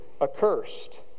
accursed